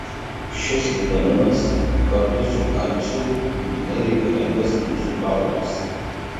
šis vitaminas kartu su kalciu būtinai reikalingas mūsų kaulams